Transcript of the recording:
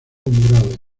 morado